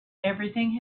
everything